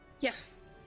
Yes